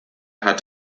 hat